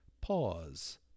pause